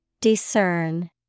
Discern